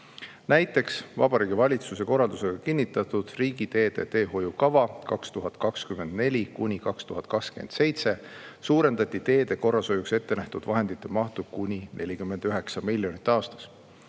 Näiteks, Vabariigi Valitsuse korraldusega kinnitatud riigiteede teehoiukavas 2024–2027 suurendati teede korrashoiuks ettenähtud vahendite mahtu kuni 49 miljoni võrra aastas.